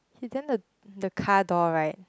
he then the the car door right